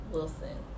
Wilson